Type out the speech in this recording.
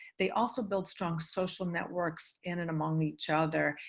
they also build strong social networks in and among each other,